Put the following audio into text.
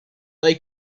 they